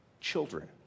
children